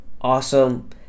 awesome